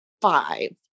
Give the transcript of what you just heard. five